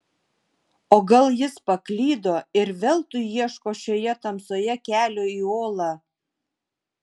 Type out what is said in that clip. o gal jis paklydo ir veltui ieško šioje tamsoje kelio į olą